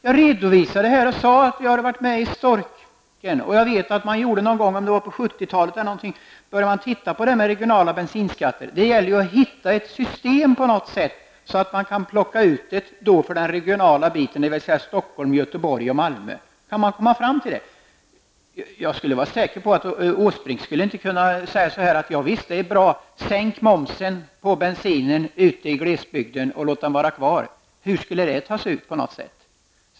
Jag redovisade här att vi i STORK under 70-talet började titta på förslaget om regionala bensinskatter. Det gäller att hitta ett system som kan anpassas lokalt till Stockholm, Göteborg och Malmö. Jag är säker på att Åsbrink aldrig skulle säga: Ja, visst, det är bra. Sänk momsen på bensin ute i glesbygden och låt glesbygden få vara kvar. Hur skulle det ta sig ut?